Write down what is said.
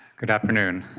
good afternoon.